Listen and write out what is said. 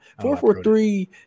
four-four-three